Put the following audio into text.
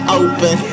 open